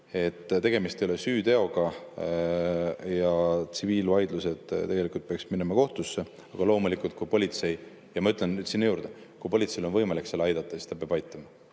Tegemist ei ole süüteoga. Tsiviilvaidlused tegelikult peaksid minema kohtusse. Aga loomulikult – ja ma ütlen nüüd siia juurde –, kui politseil on võimalik aidata, siis ta peab aitama: